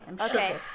Okay